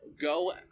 go